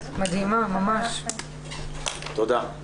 תודה.